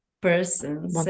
person